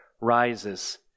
rises